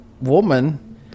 woman